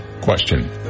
question